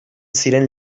ziren